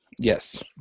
Yes